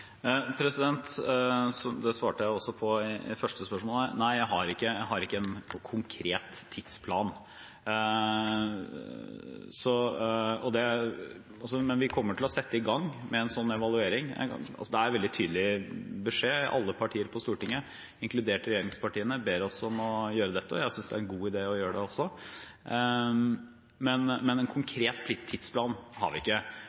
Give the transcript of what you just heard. Det svarte jeg også på i det første spørsmålet. Nei, jeg har ikke noen konkret tidsplan, men vi kommer til å sette i gang med en sånn evaluering. Det er en veldig tydelig beskjed: Alle partier på Stortinget, inkludert regjeringspartiene, ber oss om å gjøre dette, og jeg synes også det er en god idé å gjøre det, men en konkret tidsplan har vi ikke.